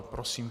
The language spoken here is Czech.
Prosím.